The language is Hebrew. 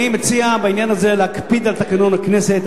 אני מציע בעניין הזה להקפיד על תקנון הכנסת.